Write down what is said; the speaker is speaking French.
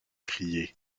crier